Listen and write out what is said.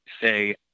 say